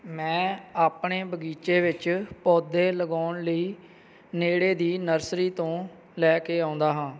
ਮੈਂ ਆਪਣੇ ਬਗੀਚੇ ਵਿੱਚ ਪੌਦੇ ਲਗਾਉਣ ਲਈ ਨੇੜੇ ਦੀ ਨਰਸਰੀ ਤੋਂ ਲੈ ਕੇ ਆਉਂਦਾ ਹਾਂ